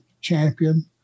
champion